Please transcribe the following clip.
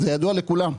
זה ידוע לכולם.